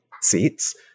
seats